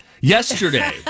Yesterday